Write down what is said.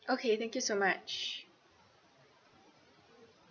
okay thank you so much